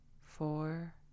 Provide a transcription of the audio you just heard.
four